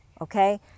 okay